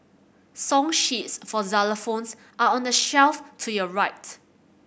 song sheets for xylophones are on the shelf to your right